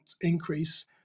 increase